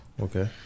Okay